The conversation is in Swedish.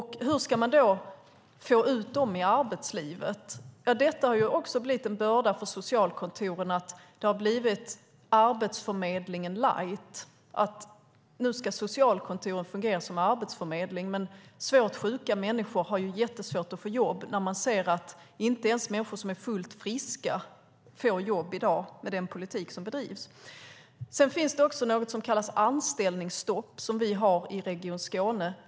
Hur ska man då få ut dem i arbetslivet? Detta har också blivit en börda för socialkontoren som har blivit Arbetsförmedlingen light. Nu ska socialkontoren fungera som arbetsförmedling, men när man ser att inte ens människor som är fullt friska får jobb i dag med den politik som bedrivs har ju svårt sjuka människor jättesvårt att få jobb. I Region Skåne har vi någonting som kallas anställningsstopp.